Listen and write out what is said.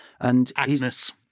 Agnes